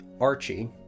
Archie